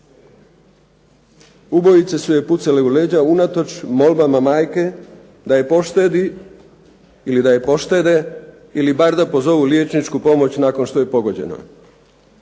Ubojice su joj pucale u leđa unatoč molbama majke da je poštede ili bar da pozovu liječničku pomoć nakon što je pogođena.